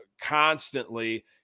constantly